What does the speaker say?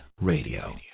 Radio